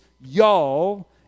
y'all